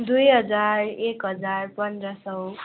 दुई हजार एक हजार पन्ध्र सय